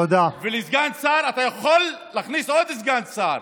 ולסגן שר אתה יכול להכניס עוד סגן שר.